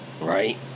Right